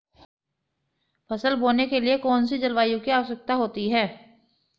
फसल बोने के लिए कौन सी जलवायु की आवश्यकता होती है?